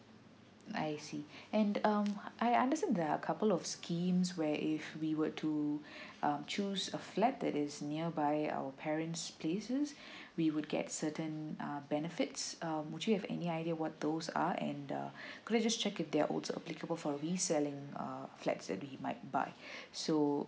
I see and um I understand there are couple of schemes where if we were to um choose a flap that is nearby our parents places we would get certain uh benefits um would you have any idea what those are and uh could I just check if they're also applicable for reselling uh flats that we might buy so